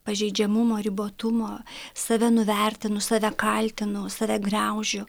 pažeidžiamumo ribotumo save nuvertinu save kaltinu save griaužiu